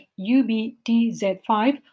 ubtz5